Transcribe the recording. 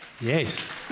Yes